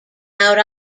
out